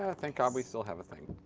ah thank god we still have a thing.